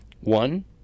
one